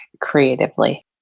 creatively